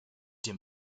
dem